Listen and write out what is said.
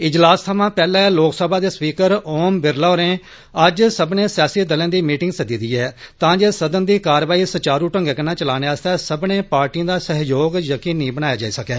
इजलास थवां पैहले लोकसभा दे स्पीकर ओम बिरला होरें अज्ज सब्मनें सियासी दलें दी मीटिंग सद्दी ऐ तां जे सदन दी कारवाई सुचारू ढ़ंगै कन्नै चलाने आस्तै सब्मनें पार्टिएं दा सहयोग यकीनी बनाया जाई सकै